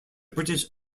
british